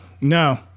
no